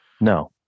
No